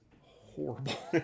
horrible